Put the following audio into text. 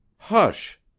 hush!